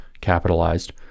capitalized